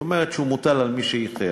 זאת אומרת, הוא מוטל על מי שאיחר.